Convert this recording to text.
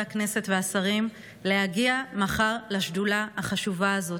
הכנסת והשרים להגיע מחר לשדולה החשובה הזאת.